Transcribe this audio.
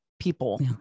people